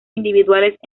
individuales